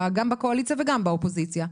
גם בקואליציה וגם באופוזיציה,